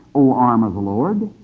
o arm of the lord,